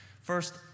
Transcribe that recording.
First